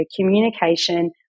communication